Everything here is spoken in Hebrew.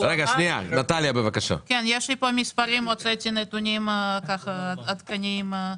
יש לי נתונים מעודכנים.